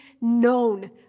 known